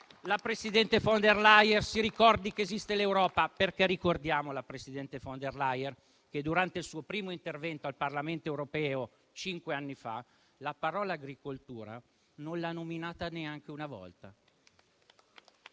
la presidente von der Leyen si ricordi che esiste l'Europa, perché ricordiamo alla presidente von der Leyen che, durante il suo primo intervento al Parlamento europeo (cinque anni fa), la parola "agricoltura" non l'ha nominata neanche una volta.